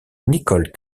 nicole